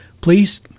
Please